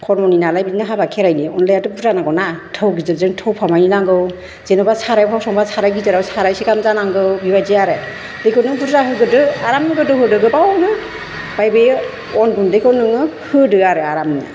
खर्म'नि नालाय बिदिनो हाबा खेराइनि अनलायाथ' बुरजा नांगौना थौ गिदिरजों थौफामानि नांगौ जेन'बा साराइफ्राव संबा साराइ गिदिराव साराइसे गाहाम जानांगौ बिबायदि आरो दैखौ नों बुरजा होगोरदो आराम गोदौहोदो गोबावनो ओमफ्राय बे अन गुन्दैखौ नोङो होदो आरो आरामनो